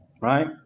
right